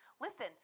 Listen